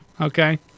okay